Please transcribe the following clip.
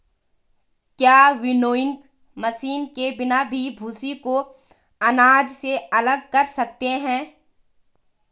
क्या winnowing machine के बिना भी भूसी को अनाज से अलग कर सकते हैं?